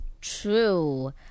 True